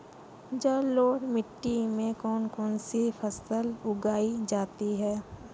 जलोढ़ मिट्टी में कौन कौन सी फसलें उगाई जाती हैं?